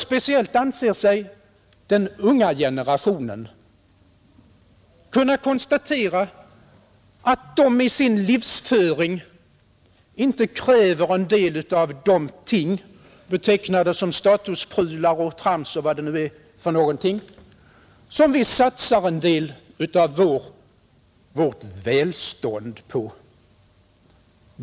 Speciellt anser sig den unga generationen kunna konstatera att de i sin livsföring inte kräver en del utav de ting, betecknade som statusprylar och annat trams, som vi satsar en del av vårt välstånd på.